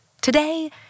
Today